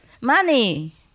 Money